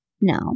no